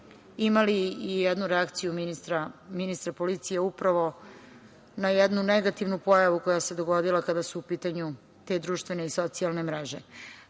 imali i jednu reakciju ministra policije upravo na jednu negativnu pojavu koja se dogodila kada su u pitanju te društvene i socijalne